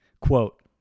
quote